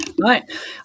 right